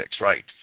right